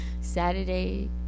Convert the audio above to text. Saturday